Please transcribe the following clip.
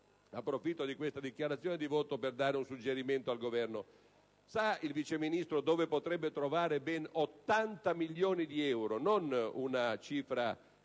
approfitto della dichiarazione di voto per dare un suggerimento al Governo. Il Vice Ministro potrebbe trovare ben 80 milioni di euro - non una cifra